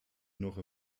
noch